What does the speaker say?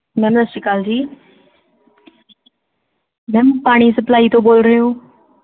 ma'am ਸਤਿ ਸ੍ਰੀ ਅਕਾਲ ਜੀ ਮੈਮ ਪਾਣੀ ਸਪਲਾਈ ਤੋਂ ਬੋਲ ਰਹੇ ਹੋ